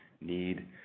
need